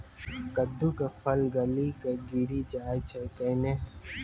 कददु के फल गली कऽ गिरी जाय छै कैने?